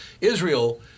Israel